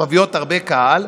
שמביאות הרבה קהל.